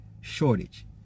shortage